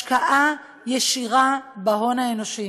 השקעה ישירה בהון האנושי,